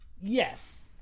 Yes